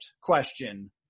question